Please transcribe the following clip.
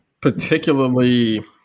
particularly